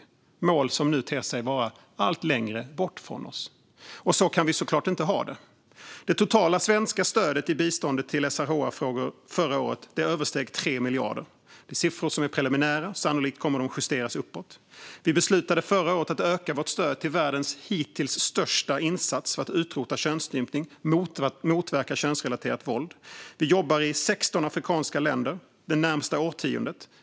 Det är ett mål som nu ter sig vara allt längre bort från oss, och så kan vi såklart inte ha det. Det totala svenska stödet i biståndet till SRHR-frågor förra året översteg 3 miljarder. Det är en siffra som är preliminär och som sannolikt kommer att justeras uppåt. Vi beslutade förra året att öka vårt stöd till världens hittills största insats för att utrota könsstympning och motverka könsrelaterat våld. Vi kommer att jobba i 16 afrikanska länder det närmaste årtiondet.